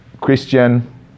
Christian